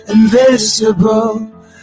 invisible